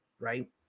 right